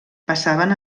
passaven